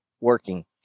working